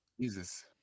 Jesus